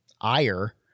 ire